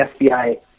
FBI